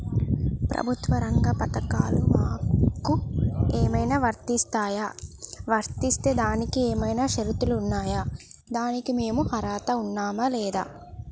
ప్రభుత్వ రంగ పథకాలు మాకు ఏమైనా వర్తిస్తాయా? వర్తిస్తే దానికి ఏమైనా షరతులు ఉన్నాయా? దానికి మేము అర్హత ఉన్నామా లేదా?